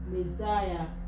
Messiah